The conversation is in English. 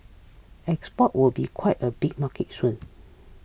export would be quite a big market soon